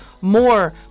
more